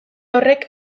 horrek